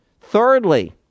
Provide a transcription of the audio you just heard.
Thirdly